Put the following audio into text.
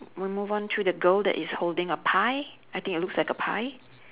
we move on to the girl that is holding a pie I think it looks like a pie